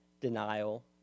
denial